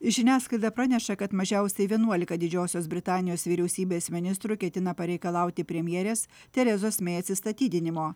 žiniasklaida praneša kad mažiausiai vienuolika didžiosios britanijos vyriausybės ministrų ketina pareikalauti premjerės terezos mei atsistatydinimo